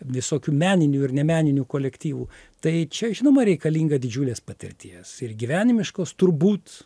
visokių meninių ir nemeninių kolektyvų tai čia žinoma reikalinga didžiulės patirties ir gyvenimiškos turbūt